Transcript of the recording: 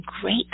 great